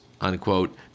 unquote